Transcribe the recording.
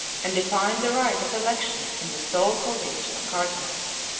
and defined the right of election in the sole college of cardinals.